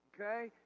Okay